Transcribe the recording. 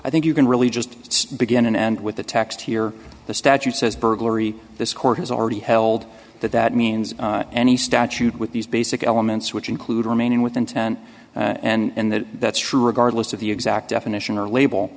i think you can really just begin and end with the text here the statute says burglary this court has already held that that means any statute with these basic elements which include remaining with intent and that that's true regardless of the exact definition or